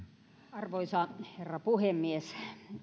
arvoisa herra puhemies